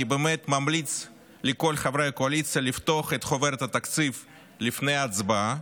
אני באמת ממליץ לכל חברי הקואליציה לפתוח את חוברת התקציב לפני ההצבעה,